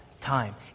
time